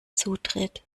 zutritt